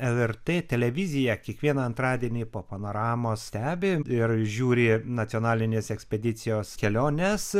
lrt televiziją kiekvieną antradienį po panoramos stebi ir žiūri nacionalinės ekspedicijos keliones